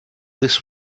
this